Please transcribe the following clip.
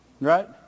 Right